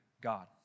God